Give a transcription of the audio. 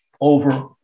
over